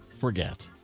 forget